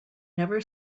never